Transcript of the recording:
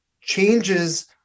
changes